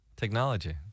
Technology